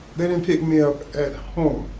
they didn't pick me up at home,